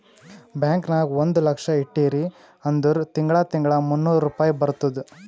bank ನಾಗ್ ಒಂದ್ ಲಕ್ಷ ಇಟ್ಟಿರಿ ಅಂದುರ್ ತಿಂಗಳಾ ತಿಂಗಳಾ ಮೂನ್ನೂರ್ ರುಪಾಯಿ ಬರ್ತುದ್